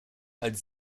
als